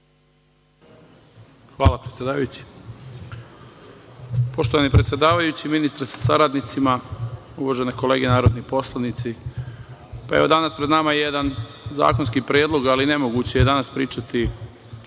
Vujadinović** Poštovani predsedavajući, ministre sa saradnicima, uvažene kolege narodni poslanici. Pa, evo danas je pred nama jedan zakonski predlog, ali nemoguće je danas pričati